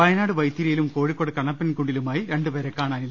വയനാട് വൈത്തിരിയിലും കോഴിക്കോട് കണ്ണപ്പൻകു ണ്ടിലുമായി രണ്ട്പേരെ കാണാതായി